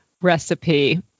recipe